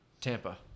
Tampa